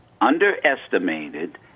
underestimated